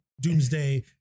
doomsday